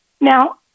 now